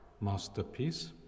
masterpiece